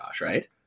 right